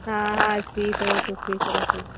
हा हा स्वीकरोतु स्वीकरोतु